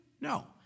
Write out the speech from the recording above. no